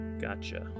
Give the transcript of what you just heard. gotcha